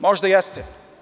Možda jeste.